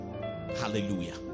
hallelujah